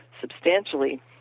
substantially